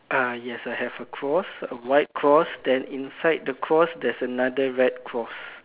uh yes I have a cross a white cross then inside a cross there's another red cross